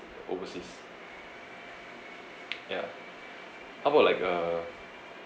overseas ya how about like uh